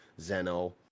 zeno